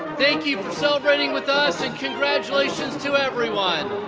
thank you for celebrating with us and congratulations to everyone!